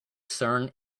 certain